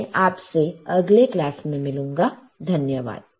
मैं आप से अगले क्लास में मिलूंगा धन्यवाद